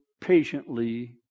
patiently